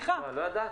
לא ידעת?